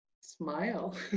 Smile